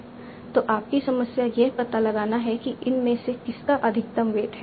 तो आपकी समस्या यह पता लगाना है कि इनमें से किसका अधिकतम वेट है